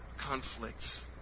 conflicts